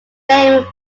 name